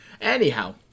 Anyhow